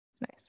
Nice